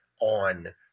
on